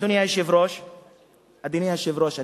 אדוני היושב-ראש,